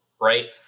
right